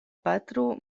patro